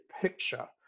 picture